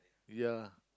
ya